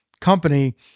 company